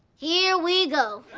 here we go.